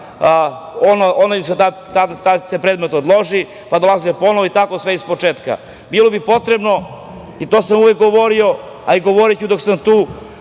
taj se predmet odloži, pa dolaze ponovo i tako sve iz početka. Bilo bi potrebno, i to sam uvek govorio a i govoriću dok sam tu,